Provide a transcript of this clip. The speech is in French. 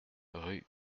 rue